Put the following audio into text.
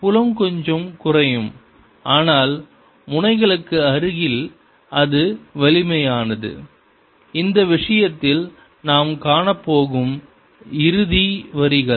எனவே புலம் கொஞ்சம் குறையும் ஆனால் முனைகளுக்கு அருகில் அது வலிமையானது இந்த விஷயத்தில் நாம் காணப்போகும் இறுதி வரிகள்